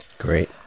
great